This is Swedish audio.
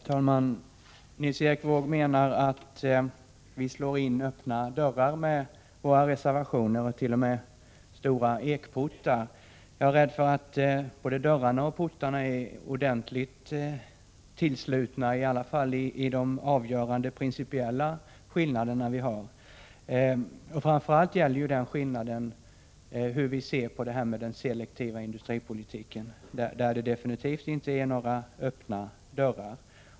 Herr talman! Nils Erik Wååg menar att vi slår in öppna dörrar, t.o.m. stora ekportar, med våra reservationer. Jag är rädd för att både dörrarna och portarna är ordentligt tillslutna i alla fall när det gäller de principiellt avgörande skillnaderna. Skillnaden gäller framför allt synen på den selektiva industripolitiken. Där finns det definitivt inte några öppna dörrar.